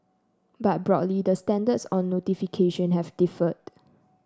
but broadly the standards on notification have differed